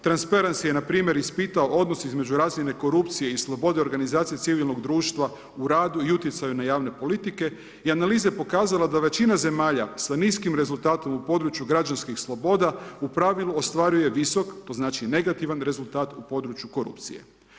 Transparency je na primjer ispitao odnos između razine korupcije i slobode organizacije civilnog društva u radu i utjecaju na javne politike i analiza je pokazala da većina zemalja sa niskim rezultatom u području građanskih sloboda u pravilu ostvaruje visok, to znači negativan rezultat u području korupcije.